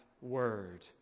word